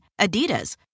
Adidas